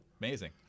Amazing